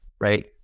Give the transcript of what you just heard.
right